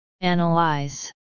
Analyze